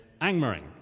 Angmering